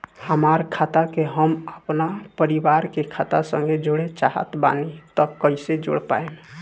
हमार खाता के हम अपना परिवार के खाता संगे जोड़े चाहत बानी त कईसे जोड़ पाएम?